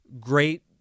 great